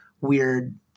weird